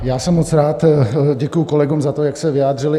Já jsem moc rád, děkuji kolegům za to, jak se vyjádřili.